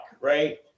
right